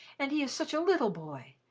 and he is such a little boy,